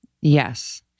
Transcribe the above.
Yes